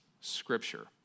scripture